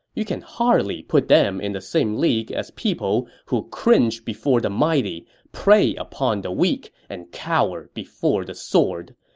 you can hardly put them in the same league as those who cringe before the mighty, prey upon the weak, and cower before the sword.